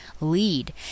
lead